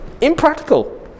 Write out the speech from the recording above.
Impractical